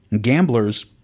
Gamblers